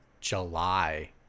July